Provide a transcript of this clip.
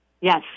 Yes